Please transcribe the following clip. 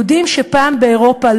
ופעם באירופה,